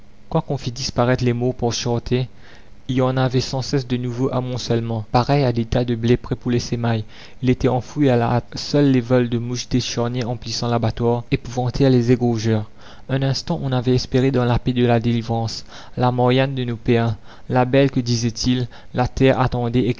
quoiqu'on fît disparaître les morts par charretées il y en avait sans cesse de nouveaux amoncellements pareils à des tas de blé prêts pour les semailles ils étaient enfouis à la hâte seuls les vols de mouches des charniers emplissant l'abattoir épouvantèrent les égorgeurs un instant on avait espéré dans la paix de la délivrance la marianne de nos pères la belle que disaient-ils la terre attendait